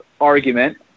argument